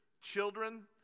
children